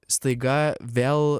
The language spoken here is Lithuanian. staiga vėl